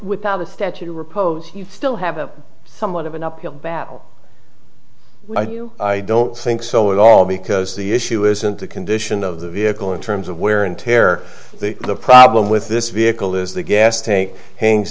without the statue riposte you'd still have a somewhat of an uphill battle i do you i don't think so at all because the issue isn't the condition of the vehicle in terms of wear and tear the problem with this vehicle is the gas tank hangs